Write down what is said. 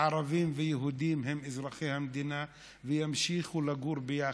ערבים ויהודים הם אזרחי המדינה וימשיכו לגור ביחד,